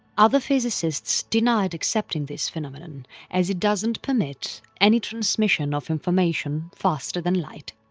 other physicists denied accepting this phenomenon as it doesn't permit any transmission of information faster than light.